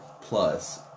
plus